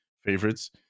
favorites